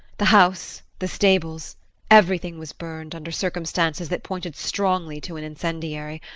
the house, the stables everything was burned, under circumstances that pointed strongly to an incendiary,